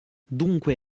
dunque